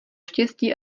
štěstí